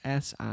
SI